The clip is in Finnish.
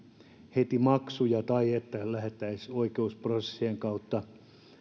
heti maksuja tai että lähdettäisiin oikeusprosessien kautta